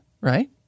right